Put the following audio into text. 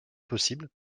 possibles